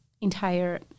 entire